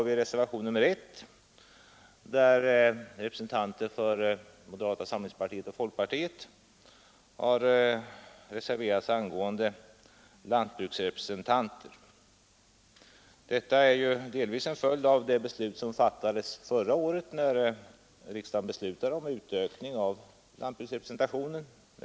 I reservationen 1 har företrädare för moderata samlingspartiet och folkpartiet reserverat sig angående lantbruksrepresentanter. Detta är delvis en följd av riksdagens beslut förra året om utökning av lantbruksrepresentationen.